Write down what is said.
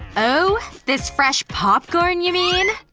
oh, this fresh popcorn, you mean?